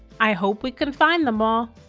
i hope we can find them all.